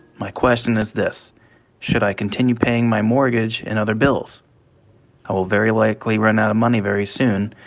my question is this should i continue paying my mortgage and other bills? i will very likely run out of money very soon,